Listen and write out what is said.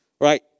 Right